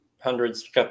hundreds